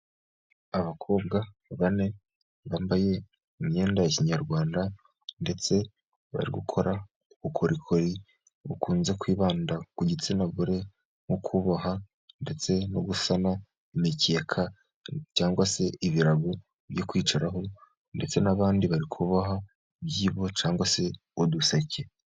Abakobwa bane bambaye imyenda ya kinyarwanda, ndetse bari gukora ubukorikori bukunze kwibanda ku gitsina gore nko kuboha, ndetse no gusana imikeka cyangwa se ibirago byo kwicaraho, ndetse n'abandi bari kuboha ibyibo cyangwa se uduseke.